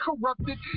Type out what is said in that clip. corrupted